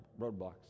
roadblocks